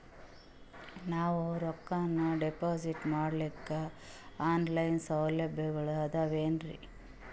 ನಾವು ರೊಕ್ಕನಾ ಡಿಪಾಜಿಟ್ ಮಾಡ್ಲಿಕ್ಕ ಆನ್ ಲೈನ್ ಸೌಲಭ್ಯಗಳು ಆದಾವೇನ್ರಿ?